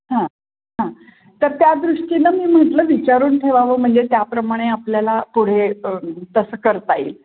हां हां तर त्या दृष्टीनं मी म्हटलं विचारून ठेवावं म्हणजे त्याप्रमाणे आपल्याला पुढे तसं करता येईल